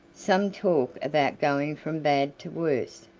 some talk about going from bad to worse,